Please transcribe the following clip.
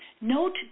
Note